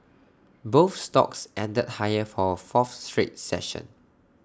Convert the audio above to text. both stocks ended higher for A fourth straight session